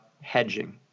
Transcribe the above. hedging